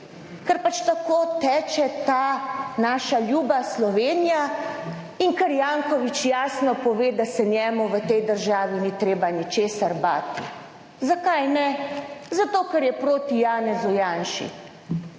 ker pač tako teče ta naša ljuba Slovenija in ker Janković jasno pove, da se njemu v tej državi ni treba ničesar bati. Zakaj ne? Zato, ker je proti Janezu Janši